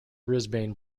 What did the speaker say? brisbane